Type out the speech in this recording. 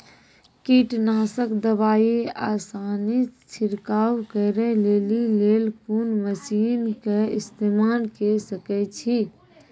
कीटनासक दवाई आसानीसॅ छिड़काव करै लेली लेल कून मसीनऽक इस्तेमाल के सकै छी?